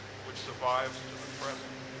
which survives to the present.